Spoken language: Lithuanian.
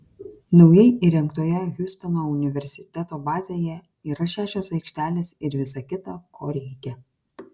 naujai įrengtoje hjustono universiteto bazėje yra šešios aikštelės ir visa kita ko reikia